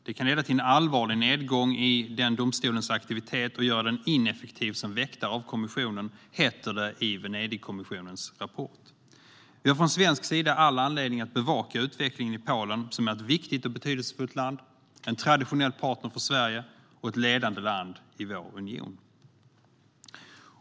Det kan leda till en allvarlig nedgång i domstolens aktivitet och göra den ineffektiv som väktare av konstitutionen, heter det i Venedigkommissionens rapport. Vi har från svensk sida all anledning att bevaka utvecklingen i Polen, som är ett viktigt och betydelsefullt land, en traditionell partner för Sverige och ett ledande land i vår union.